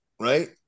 right